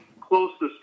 closest